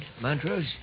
Montrose